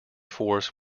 force